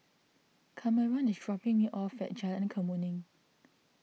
Kameron is dropping me off at Jalan Kemuning